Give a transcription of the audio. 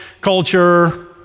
culture